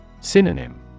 Synonym